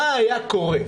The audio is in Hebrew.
מה היה קורה?